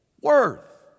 worth